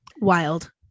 Wild